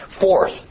Fourth